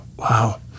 Wow